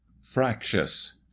Fractious